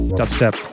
Dubstep